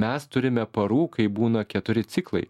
mes turime parų kai būna keturi ciklai